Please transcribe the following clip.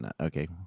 Okay